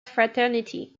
fraternity